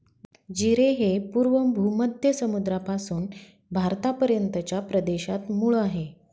जीरे हे पूर्व भूमध्य समुद्रापासून भारतापर्यंतच्या प्रदेशात मूळ आहे